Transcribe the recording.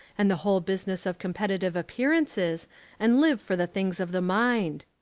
and the whole business of competitive appearances and live for the things of the mind!